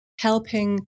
helping